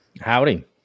howdy